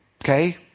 Okay